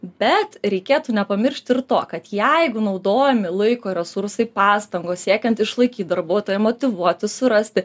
bet reikėtų nepamiršt ir to kad jeigu naudojami laiko resursai pastangos siekiant išlaikyt darbuotoją motyvuoti surasti